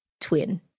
twin